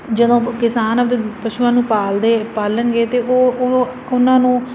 ਜਦੋਂ ਕਿਸਾਨ ਆਪਣੇ ਪਸ਼ੂਆਂ ਨੂੰ ਪਾਲਦੇ ਪਾਲਣਗੇ ਅਤੇ ਉਹ ਉਹ ਉਹਨਾਂ ਨੂੰ